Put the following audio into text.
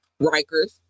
rikers